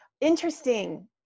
interesting